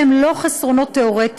אלה הם לא חסרונות תיאורטיים.